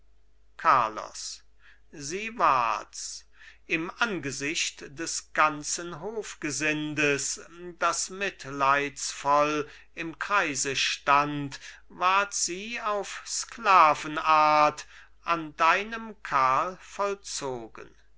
carlos sie wards im angesicht des ganzen hofgesindes das mitleidsvoll im kreise stand ward sie auf sklavenart an deinem karl vollzogen